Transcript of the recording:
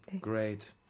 Great